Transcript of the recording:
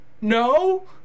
No